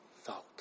thought